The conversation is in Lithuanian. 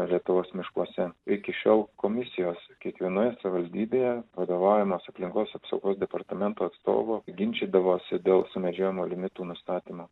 lietuvos miškuose iki šiol komisijos kiekvienoje savivaldybėje vadovaujamos aplinkos apsaugos departamento atstovo ginčydavosi dėl sumedžiojimo limitų nustatymo